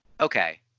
Okay